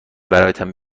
برایتان